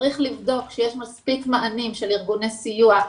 צריך לבדוק שיש מספיק מענים של ארגוני סיוע,